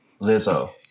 Lizzo